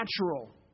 Natural